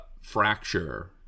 fracture